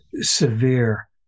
severe